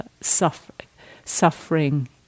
suffering